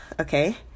Okay